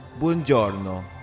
Buongiorno